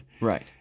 Right